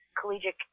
collegiate